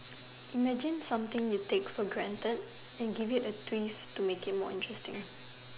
imagine something you take for granted and give it a twist to make it more interesting